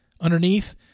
underneath